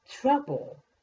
trouble